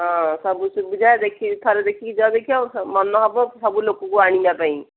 ହଁ ସବୁ ସୁବିଧା ଦେଖି ଥରେ ଦେଖିକି ଯାଅ ଦେଖିବ ମନ ହେବ ସବୁ ଲୋକକୁ ଆଣିିବା ପାଇଁ